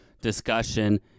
discussion